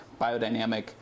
biodynamic